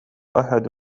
أحد